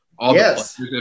Yes